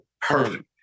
perfect